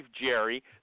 Jerry